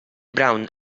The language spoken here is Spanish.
brown